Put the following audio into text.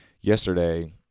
yesterday